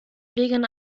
wegen